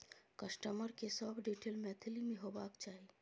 customer के सब detail Maithili में होबाक चाही